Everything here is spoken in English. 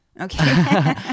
Okay